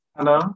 Hello